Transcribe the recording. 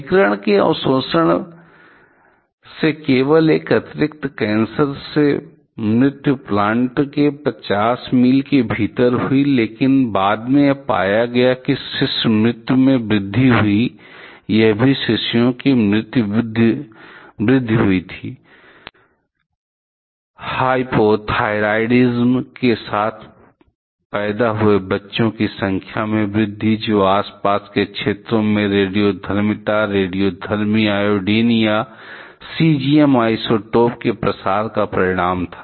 विकिरण के अवशोषण से केवल एक अतिरिक्त कैंसर से मृत्यु प्लांट के 50 मील के भीतर हुई लेकिन बाद में यह पाया गया कि शिशु मृत्यु में वृद्धि हुई है यह भी शिशुओं में वृद्धि हुई थी हाइपोथायरायडिज्म के साथ पैदा हुए बच्चों की संख्या में वृद्धि जो आसपास के क्षेत्रों में रेडियोधर्मिता रेडियोधर्मी आयोडीन और सीज़ियम आइसोटोप के प्रसार का परिणाम था